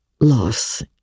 loss